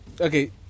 Okay